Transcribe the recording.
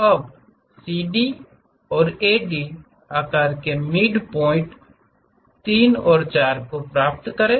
अब CD और AD आकार के मिडपॉइंट 3 और 4 प्राप्त करें